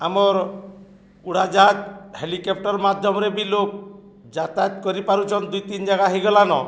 ଆମର୍ ଉଡ଼ାଜାହଜ ହେଲିକେପ୍ଟର ମାଧ୍ୟମରେ ବି ଲୋକ୍ ଯାତାୟତ କରିପାରୁଛନ୍ ଦୁଇ ତିନି ଜାଗା ହେଇଗଲାନ